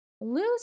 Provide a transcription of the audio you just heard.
lose